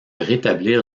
rétablir